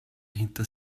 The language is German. hinter